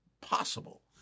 possible